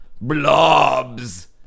blobs